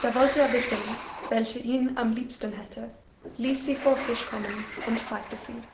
da wollte er wissen welche ihn am liebsten hätte ließ sie vor sich kommen und fragte sie